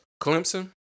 Clemson